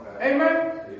Amen